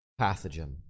pathogen